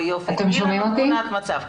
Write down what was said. תני לנו תמונת מצב.